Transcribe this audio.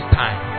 time